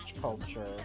culture